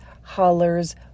hollers